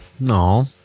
No